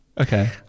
Okay